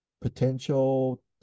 potential